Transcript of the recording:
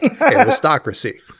aristocracy